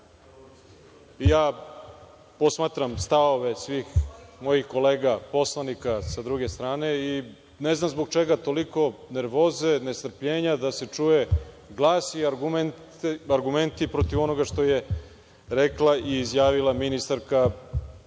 posmatram stavove svih mojih kolega poslanika sa druge strane i ne znam zbog čega toliko nervoze, nestrpljenja da se čuje glas i arugmenti protiv onoga što je rekla i izjavila ministarka